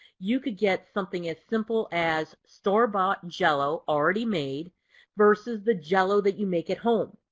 you could get something as simple as store bought jello already made versus the jello that you make at home.